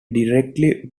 directly